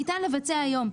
ניתן לבצע היום.